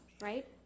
right